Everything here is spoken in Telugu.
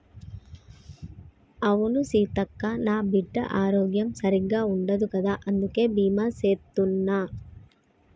అవును సీతక్క, నా బిడ్డ ఆరోగ్యం సరిగ్గా ఉండదు కదా అందుకే బీమా సేత్తున్న